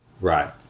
Right